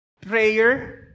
prayer